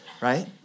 right